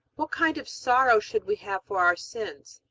what kind of sorrow should we have for our sins?